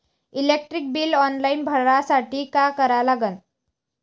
Electric bill online भरासाठी का करा लागन?